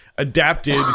Adapted